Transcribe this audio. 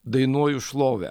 dainuoju šlovę